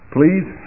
Please